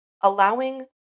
allowing